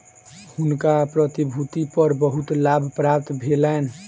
हुनका प्रतिभूति पर बहुत लाभ प्राप्त भेलैन